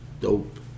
dope